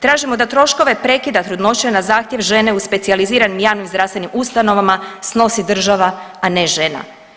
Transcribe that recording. Tražimo da troškove prekida trudnoće na zahtjev žene u specijaliziranim javnim zdravstvenim ustanovama snosi država, a ne žena.